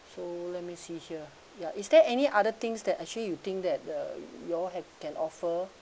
so let me see here ya is there any other things that actually you think that uh you all have can offer